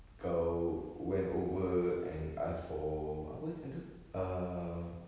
kau went over and ask for apa yang tu err